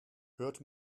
hört